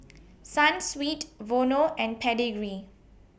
Sunsweet Vono and Pedigree